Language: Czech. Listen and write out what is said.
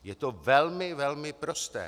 Je to velmi velmi prosté.